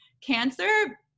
Cancer